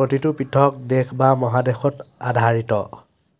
প্ৰতিটো পৃথক দেশ বা মহাদেশত আধাৰিত